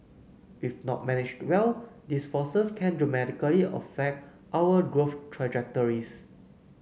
if not managed well these forces can dramatically affect our growth trajectories